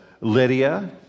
Lydia